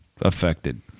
affected